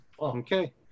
Okay